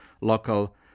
local